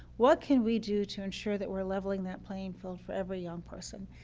what can we do to ensure that we are leveling that playing field for every young person.